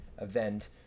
event